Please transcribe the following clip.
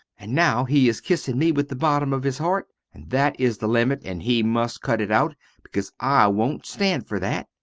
and now he is kissing me with the bottom of his heart and that is the limit and he must cut it out because i wont stand fer that.